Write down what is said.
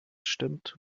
stimmt